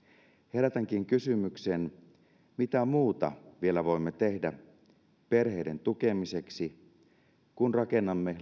herätänkin kysymyksen mitä muuta vielä voimme tehdä perheiden tukemiseksi kun rakennamme lapsiystävällistä